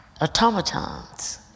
automatons